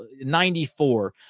94